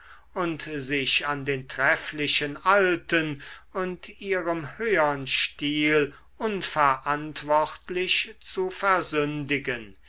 und sich an den trefflichen alten und ihrem höhern stil unverantwortlich zu versündigen